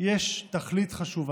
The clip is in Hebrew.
יש תכלית חשובה,